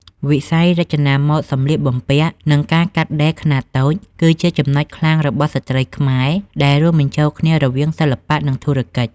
វិស័យរចនាម៉ូដសម្លៀកបំពាក់ និងការកាត់ដេរខ្នាតតូច គឺជាចំណុចខ្លាំងរបស់ស្ត្រីខ្មែរដែលរួមបញ្ចូលគ្នារវាងសិល្បៈ និងធុរកិច្ច។